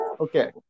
Okay